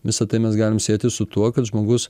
visa tai mes galim sieti su tuo kad žmogus